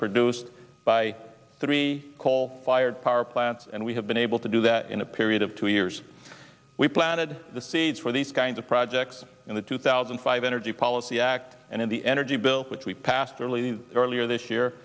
produced by three coal fired power plants and we have been able to do that in a period of two years we planted the seeds for these kinds of projects in the two thousand and five energy policy act and in the energy bill which we passed earlier earlier this year